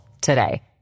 today